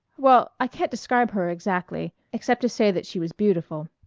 well, i can't describe her exactly except to say that she was beautiful.